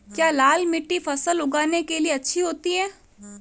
क्या लाल मिट्टी फसल उगाने के लिए अच्छी होती है?